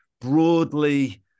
broadly